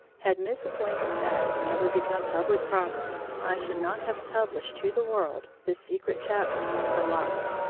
had mrs. lincoln's acts never become public property, i should not have published to the world the secret chapters of her life.